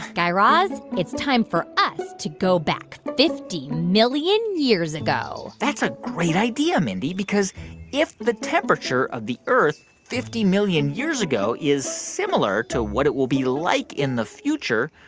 guy raz, it's time for us to go back fifty million years ago that's a great idea, mindy, because if the temperature of the earth fifty million years ago is similar to what it will be like in the future,